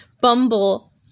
Bumble